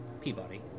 Peabody